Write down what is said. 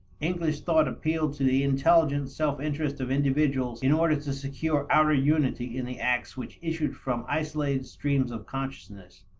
english thought appealed to the intelligent self-interest of individuals in order to secure outer unity in the acts which issued from isolated streams of consciousness.